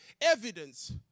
evidence